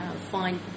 fine